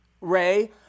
Ray